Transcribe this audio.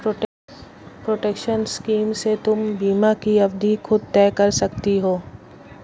protection scheme से तुम बीमा की अवधि खुद तय कर सकती हो